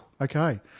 Okay